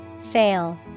Fail